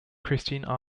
christine